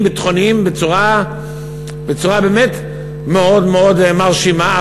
ביטחוניים בצורה באמת מאוד מאוד מרשימה,